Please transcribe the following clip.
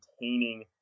maintaining